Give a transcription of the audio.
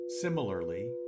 Similarly